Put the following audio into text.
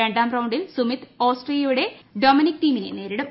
രണ്ടാം റൌണ്ടിൽ സുമിത് ഓസ്ട്രിയയുടെ ഡൊമനിക് തീമിനെ നേരിടും